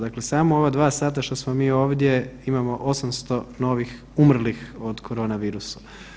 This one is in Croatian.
Dakle, samo u ova dva sata što smo mi ovdje imamo 800 novih umrlih od koronavirusa.